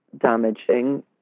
damaging